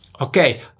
Okay